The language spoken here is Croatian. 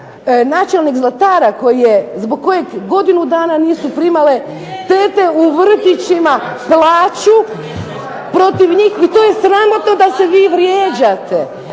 načelnik Zlatara zbog kojeg godinu dana nisu primale tete u vrtićima plaću, to je sramotno da se vi vrijeđate.